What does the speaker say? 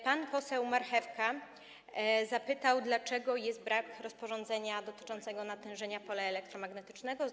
Pan poseł Marchewka zapytał, dlaczego brak jest rozporządzenia dotyczącego natężenia pola elektromagnetycznego.